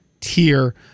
tier